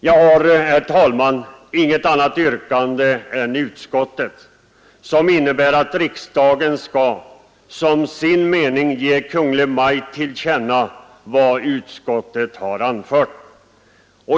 Jag har, herr talman, inget annat yrkande än utskottets, som innebär att riksdagen som sin mening ger Kungl. Maj:t till känna vad utskottet har anfört.